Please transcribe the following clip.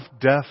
death